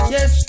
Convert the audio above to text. Yes